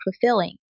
fulfilling